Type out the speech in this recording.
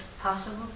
possible